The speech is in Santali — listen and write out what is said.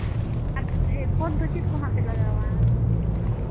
ᱟᱨ ᱠᱷᱚᱛ ᱫᱚ ᱪᱮᱫ ᱠᱚᱦᱟᱸᱜ ᱯᱮ ᱞᱟᱜᱟᱣᱟ